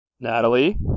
Natalie